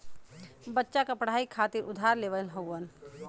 बच्चा क पढ़ाई खातिर उधार लेवल हउवन